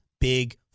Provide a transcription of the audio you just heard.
big